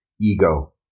Ego